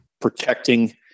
Protecting